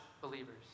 believers